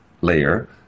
layer